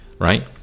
right